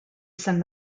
some